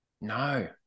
No